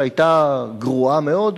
שהיתה גרועה מאוד,